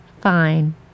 Fine